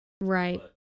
Right